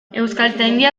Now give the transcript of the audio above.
euskaltzaindia